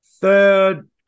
Third